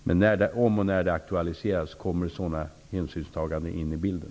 Men om och när ett ärende aktualiseras kommer sådana hänsynstaganden in i bilden.